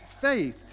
faith